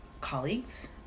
colleagues